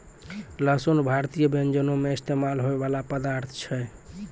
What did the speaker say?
लहसुन भारतीय व्यंजनो मे इस्तेमाल होय बाला पदार्थ छै